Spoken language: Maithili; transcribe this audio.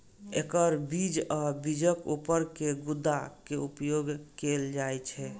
एकर बीज आ बीजक ऊपर के गुद्दा के उपयोग कैल जाइ छै